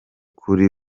kuri